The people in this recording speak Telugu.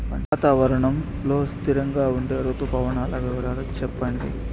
వాతావరణం లో స్థిరంగా ఉండే రుతు పవనాల వివరాలు చెప్పండి?